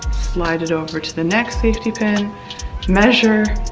slide it over to the next safety pin measure.